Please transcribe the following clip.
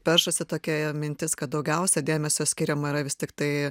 peršasi tokia mintis kad daugiausia dėmesio skiriama yra vis tiktai